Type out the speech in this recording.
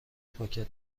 پاکت